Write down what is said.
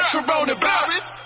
Coronavirus